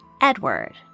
Edward